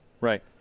Right